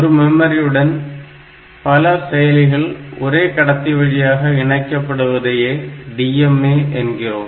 ஒரு மெமரியுடன் பல செயலிகள் ஒரே கடத்தி வழியாக இணைக்கப்படுவதை DMA என்கிறோம்